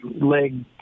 leg